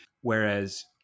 Whereas